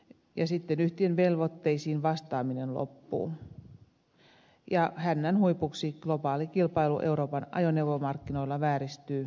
ja sitten yhtiön velvoitteisiin vastaaminen loppuu ja hännänhuipuksi globaali kilpailu euroopan ajoneuvomarkkinoilla vääristyy